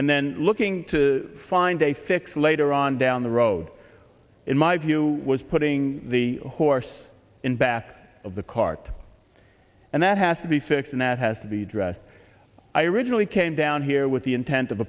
and then looking to find a fix later on down the road in my view was putting the horse in back of the cart and that has to be fixed and that has to be addressed i originally came down here with the intent of